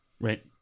right